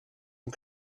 und